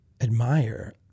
admire